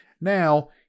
Now